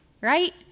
Right